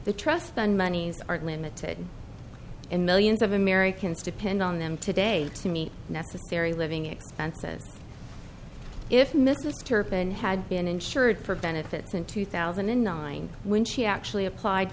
the trust fund monies are limited and millions of americans depend on them today to meet necessary living expenses if mrs turpin had been insured for benefits in two thousand and nine when she actually applied